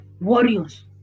warriors